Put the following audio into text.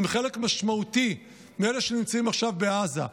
הם חלק משמעותי מאלה שנמצאים עכשיו בעזה,